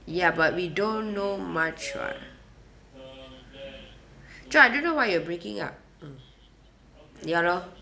ya but we don't know much [what] john I don't know why you're breaking up mm ya loh